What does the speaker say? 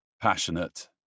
Passionate